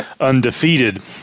Undefeated